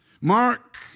Mark